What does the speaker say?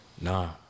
nah